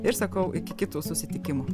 ir sakau iki kitų susitikimų